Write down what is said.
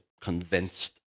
convinced